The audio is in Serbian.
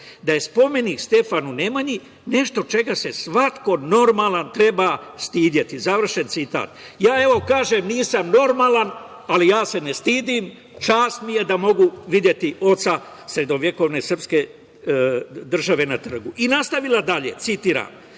da je spomenik Stefanu Nemanji nešto čega se svako normalan treba stideti, završen citat. Ja, evo, kažem – nisam normalan, ali ja se ne stidim, čast mi je da mogu videti oca srednjovekovne srpske države na trgu. Nastavila je dalje, citiram: